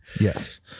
yes